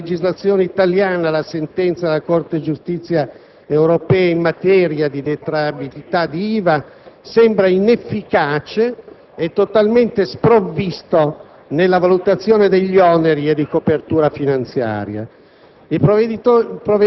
adeguamento della legislazione italiana alla sentenza della Corte di giustizia europea in materia di detraibilità dell'IVA sembra inefficace e totalmente sprovvisto nella valutazione degli oneri e della copertura finanziaria.